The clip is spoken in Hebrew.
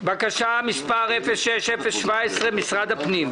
בקשה מספר 06-017 משרד הפנים.